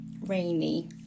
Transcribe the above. rainy